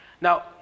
now